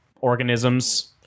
organisms